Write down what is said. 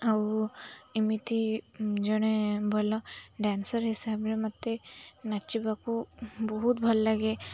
ଆଉ ଏମିତି ଜଣେ ଭଲ ଡ୍ୟାନ୍ସର୍ ହିସାବରେ ମୋତେ ନାଚିବାକୁ ବହୁତ ଭଲ ଲାଗେ